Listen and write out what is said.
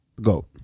Go